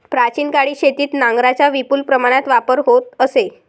प्राचीन काळी शेतीत नांगरांचा विपुल प्रमाणात वापर होत असे